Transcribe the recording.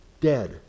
dead